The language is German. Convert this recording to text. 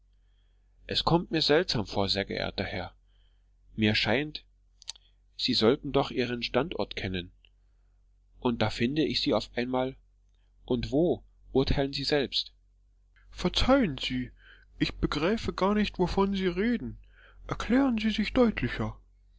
es kommt mir seltsam vor sehr geehrter herr mir scheint sie sollten doch ihren standort kennen und da finde ich sie auf einmal und wo urteilen sie selbst verzeihen sie ich begreife gar nicht wovon sie reden erklären sie sich deutlicher